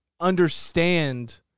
understand